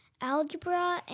Algebra